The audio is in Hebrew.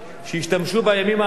שהשתמשו בימים האחרונים,